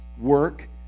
work